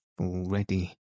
already